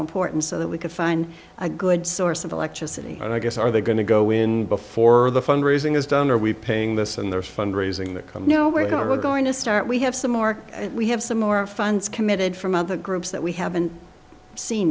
important so that we could find a good source of electricity and i guess are they going to go in before the fundraising is done are we paying this and their fund raising the come no we're going to start we have some more and we have some more funds committed from other groups that we haven't seen